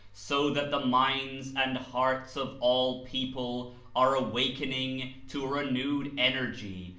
so that the minds and hearts of all people are awak ening to a renewed energy,